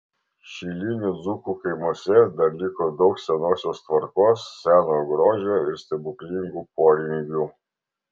šilinių dzūkų kaimuose dar liko daug senosios tvarkos senojo grožio ir stebuklingų poringių